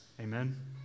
Amen